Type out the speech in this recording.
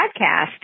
podcast